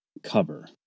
cover